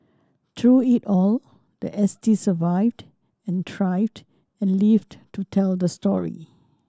through it all the S T survived and thrived and lived to tell the story